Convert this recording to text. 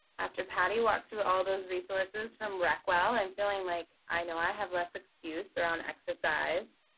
after patty walked through all those resources from recwell, i'm feeling like i know i have less excuse around exercise.